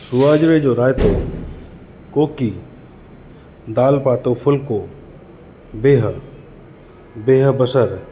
सुवाजिरे जो राइतो कोकी दालि पातो फ़ुल्को भेह भेह बसर